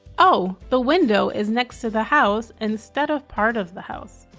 oh, the window is next to the house instead of part of the house.